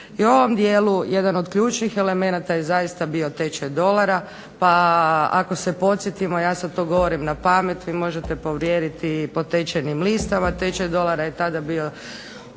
I u ovom dijelu jedan od ključnih elemenata je zaista bio tečaj dolara, pa ako se podsjetimo, ja sada to govorim na pamet, vi možete provjeriti po tečajnim listama, tečaj dolara je bio